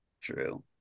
True